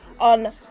on